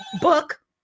book